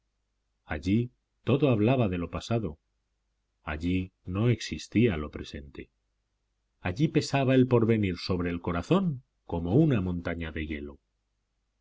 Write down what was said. allí todo hablaba de lo pasado allí no existía lo presente allí pesaba el porvenir sobre el corazón como una montaña de hielo